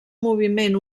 moviment